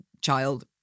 child